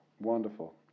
wonderful